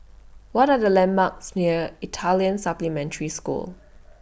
What Are The landmarks near Italian Supplementary School